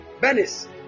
Venice